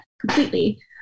completely